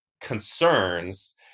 concerns